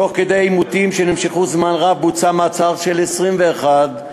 תוך כדי עימותים שנמשכו זמן רב בוצע מעצר של 21 חשודים,